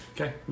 Okay